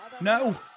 No